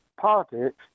politics